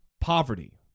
poverty